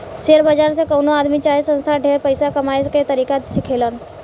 share बाजार से कवनो आदमी चाहे संस्था ढेर पइसा कमाए के तरीका सिखेलन